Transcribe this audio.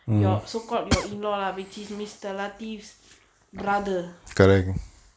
your so called your in-law lah which is mister lateef's brother